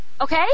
Okay